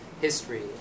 history